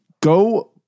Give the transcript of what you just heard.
Go